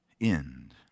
end